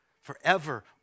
Forever